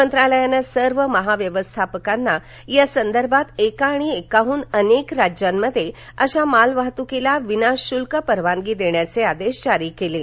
मंत्रालयानं सर्व महाव्यवस्थापकांना यासंदर्भात एका आणि एकाहून अनेक राज्यांमध्ये अशा माल वाहतुकीला विनाशुल्क परवानगी देण्याचे आदेश जारी केले आहेत